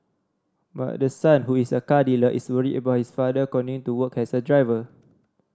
but the son who is a car dealer is worried about his father continuing to work as a driver